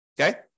Okay